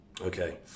okay